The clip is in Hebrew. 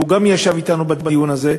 והוא גם ישב אתנו בדיון הזה,